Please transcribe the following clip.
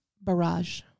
Barrage